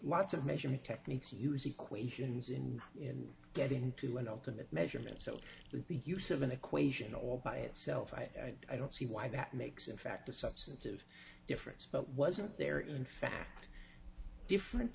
lots of measurement techniques use equations in and get into an ultimate measurement so the use of an equation all by itself i don't see why that makes in fact a substantive difference but wasn't there in fact different